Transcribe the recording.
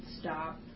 stop